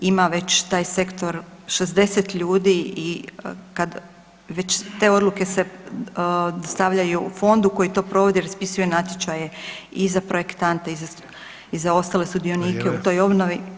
Ima već taj sektor 60 ljudi i kada već te odluke se stavljaju fondu koji to provodi i raspisuje natječaje i za projektante i za ostale sudionike u toj obnovi.